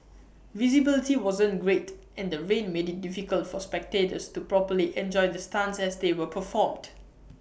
visibility wasn't great and the rain made IT difficult for spectators to properly enjoy the stunts as they were performed